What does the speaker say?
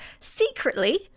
secretly